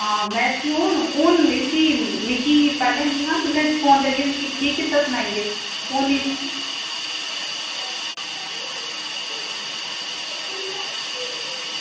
आं में इसी हून इसी हून ना मिगी पैह्लें निहां आ फोन करियै तुसें मिगी ठीक कीता सनाइयै हून